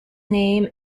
name